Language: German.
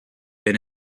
wenn